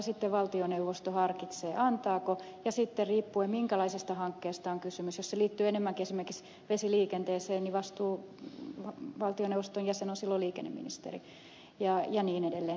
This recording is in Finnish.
sitten valtioneuvosto harkitsee antaako ja sitten riippuen siitä minkälaisesta hankkeesta on kysymys jos se liittyy enemmänkin esimerkiksi vesiliikenteeseen niin valtioneuvoston vastuujäsen on silloin liikenneministeri ja niin edelleen